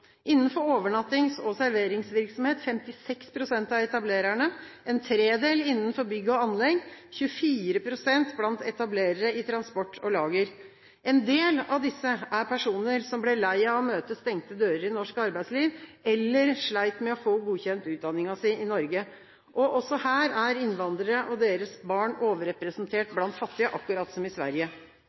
Innenfor overnattings- og serveringsvirksomhet gjelder det for 56 pst. av etablererne, en tredjedel innenfor bygg og anlegg, og 24 pst. blant etablerere i transport og lager. En del av disse er personer som ble lei av å møte stengte dører i norsk arbeidsliv, eller som slet med å få godkjent utdanningen sin i Norge. Og også her er innvandrere og deres barn overrepresentert blant fattige akkurat som i Sverige.